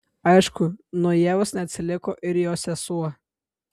aišku nuo ievos neatsiliko ir jos sesuo